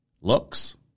looks